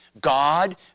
God